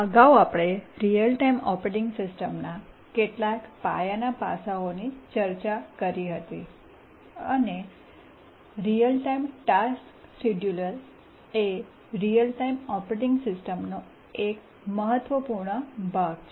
અગાઉ આપણે real time operating સિસ્ટમ્સના કેટલાક પાયાના પાસાઓની ચર્ચા કરી હતી અને રીઅલ ટાઇમ ટાસ્ક શેડ્યુલર એ રીઅલ ટાઇમ ઓપરેટીંગ સિસ્ટમનો એક મહત્વપૂર્ણ ભાગ છે